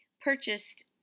purchased